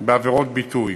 בעבירות ביטוי.